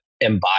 embody